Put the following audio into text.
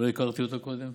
לא הכרתי אותו קודם.